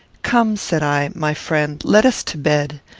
come, said i, my friend, let us to bed.